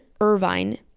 Irvine